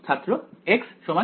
ছাত্র x kr